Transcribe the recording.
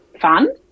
fun